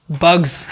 Bugs